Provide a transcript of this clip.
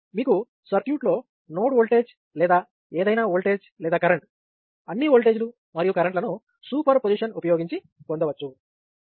మీకు సర్క్యూట్లో node voltage లేదా ఏదైనా ఓల్టేజ్ లేదా కరెంట్ అన్ని వోల్టేజీలు మరియు కరెంట్ లను సూపర్ పొజిషన్ ఉపయోగించి పొందవచ్చు